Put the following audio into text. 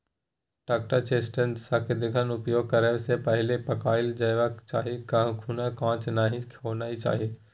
टटका चेस्टनट सदिखन उपयोग करबा सँ पहिले पकाएल जेबाक चाही कखनहुँ कांच नहि खेनाइ चाही